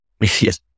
Yes